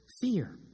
fear